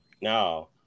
No